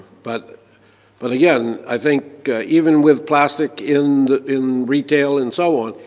but but again, i think even with plastic in in retail and so on,